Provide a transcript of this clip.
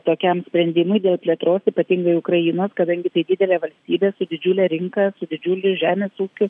tokiam sprendimui dėl plėtros ypatingai ukrainos kadangi tai didelė valstybė su didžiule rinka su didžiuliu žemės ūkiu